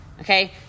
Okay